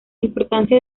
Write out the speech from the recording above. importancia